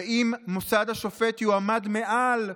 ואם מוסד השופט 'יועמד מעל'